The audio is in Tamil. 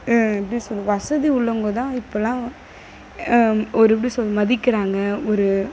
எப்படி சொல்கிறது வசதி உள்ளவங்கதான் இப்போலாம் ஒரு எப்படி சொல் மதிக்கிறாங்க ஒரு